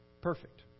perfect